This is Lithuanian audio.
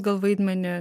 gal vaidmenį